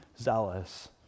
zealous